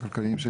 הכלכליים,